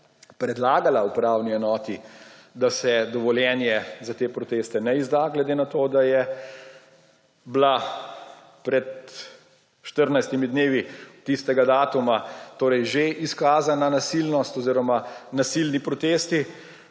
predlagala upravni enoti, da se dovoljenje za te proteste ne izda, glede na to, da je bila pred 14 dnevi tistega datuma že izkazana nasilnost oziroma nasilni protesti.